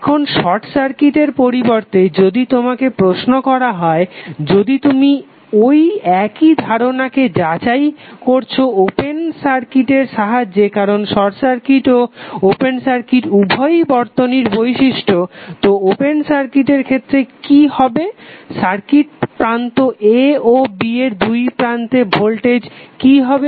এখন শর্ট সার্কিটের পরিবর্তে যদি তোমাকে প্রশ্ন করা হয় যদি তুমি ঐ একই ধারনাকে যাচাই করছো ওপেন সার্কিটের সাহায্যে কারণ শর্ট সার্কিট ও ওপেন সার্কিট উভয়েই বর্তনীর বৈশিষ্ট্য তো ওপেন সার্কিট এর ক্ষেত্রে কি হবে ওপেন সার্কিট প্রান্ত a ও b এর দুই প্রান্তে ভোল্টেজ কি হবে